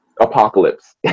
apocalypse